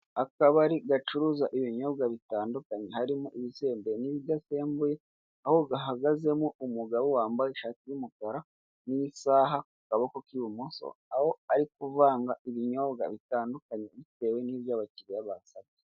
Akabari gacuruza ibinyobwa bitandukanye harimo ibisembuye n'ibidasembuye aho gahagazemo umugabo wambaye ishati y'umukara n'isaha kukaboko k'ibumoso, aho ari kuvanga ibinyobwa bitandukanye bitewe n'ibyo abakiriya basabye.